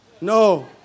No